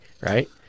right